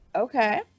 okay